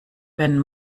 wenn